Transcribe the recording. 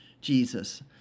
Jesus